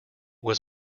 was